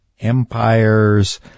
empires